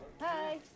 hi